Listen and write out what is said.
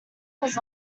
was